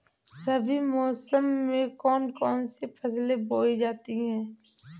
रबी मौसम में कौन कौन सी फसलें बोई जाती हैं?